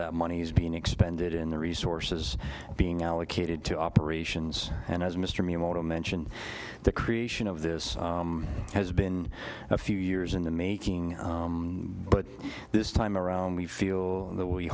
that money's being expended in the resources being allocated to operations and as mr miyamoto mentioned the creation of this has been a few years in the making but this time around we feel that we